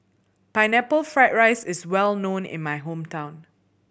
Pineapple Fried rice is well known in my hometown